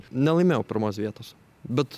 nelaimėjau pirmos vietos bet